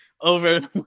over